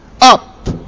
up